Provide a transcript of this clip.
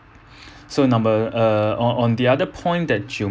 so number uh on on the other point that you